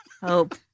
Hope